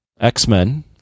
X-Men